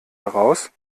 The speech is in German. heraus